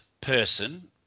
person